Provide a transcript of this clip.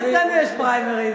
רק אצלנו יש פריימריס.